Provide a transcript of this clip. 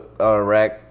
Iraq